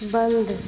बन्द